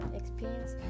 experience